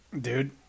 dude